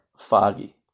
foggy